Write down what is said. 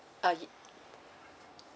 uh ye~